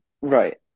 right